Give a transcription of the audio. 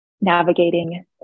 navigating